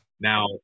now